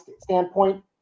standpoint